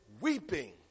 weeping